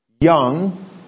Young